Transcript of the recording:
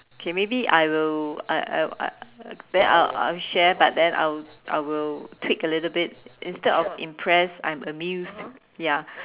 okay maybe I will I I I then I I will share but then I will I will take a little bit instead of impressed I'm amused ya